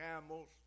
camels